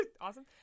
Awesome